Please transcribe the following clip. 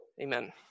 Amen